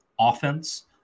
offense